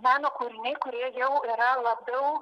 meno kūriniai kurie jau yra labiau